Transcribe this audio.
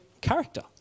Character